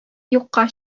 юкка